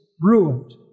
ruined